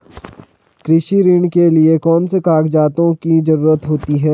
कृषि ऋण के लिऐ कौन से कागजातों की जरूरत होती है?